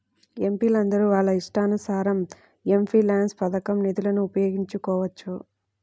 ఎంపీలందరూ వాళ్ళ ఇష్టానుసారం ఎంపీల్యాడ్స్ పథకం నిధులను ఉపయోగించుకోవచ్చు